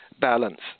balance